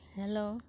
hello